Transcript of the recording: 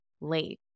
late